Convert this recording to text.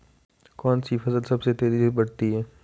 कौनसी फसल सबसे तेज़ी से बढ़ती है?